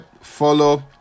follow